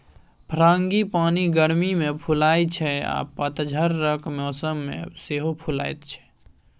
frangipani गर्मी मे फुलाइ छै आ पतझरक मौसम मे सेहो फुलाएत छै